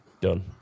done